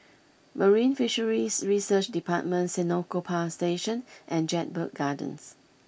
Marine Fisheries Research Department Senoko Power Station and Jedburgh Gardens